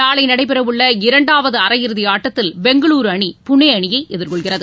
நாளை நடைபெறவுள்ள இரண்டாவது அரையிறுதி ஆட்டத்தில் பெங்களுரு புனே அணியை எதிர்கொள்கிறது